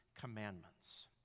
commandments